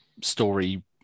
story